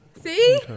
See